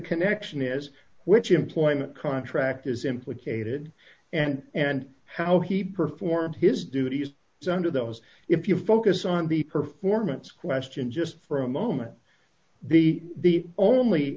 connection is which employment contract is implicated and and how he performed his duties so under those if you focus on the performance question just for a moment the